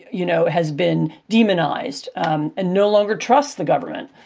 you know, has been demonized um and no longer trust the government,